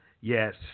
yes